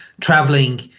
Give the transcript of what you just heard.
traveling